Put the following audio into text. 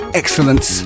excellence